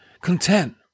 content